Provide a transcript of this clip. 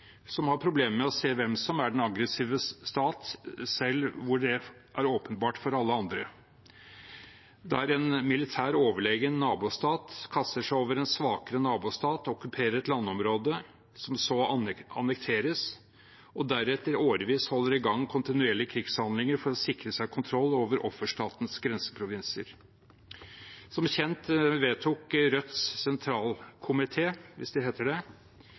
som har problemer med å se hvem som er den aggressive stat, selv der det er åpenbart for alle andre, der en militært overlegen nabostat kaster seg over en svakere nabostat, okkuperer et landområde som så annekteres, og deretter i årevis holder i gang kontinuerlige krigshandlinger for å sikre seg kontroll over offerstatens grenseprovinser. Som kjent vedtok Rødts sentralkomité, hvis det heter det,